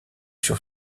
sur